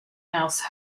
house